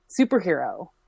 superhero